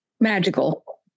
magical